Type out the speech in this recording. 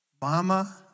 Mama